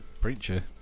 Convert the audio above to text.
preacher